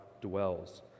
dwells